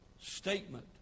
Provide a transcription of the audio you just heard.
statement